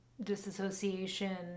disassociation